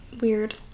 Weird